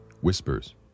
Whispers